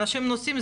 אנשים נוסעים,